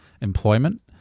employment